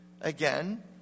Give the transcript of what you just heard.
again